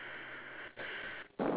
then the